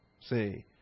Say